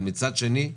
אבל מצד שני,